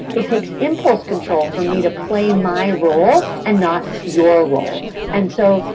it takes impulse control for me to play my role and not your role. and so,